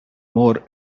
more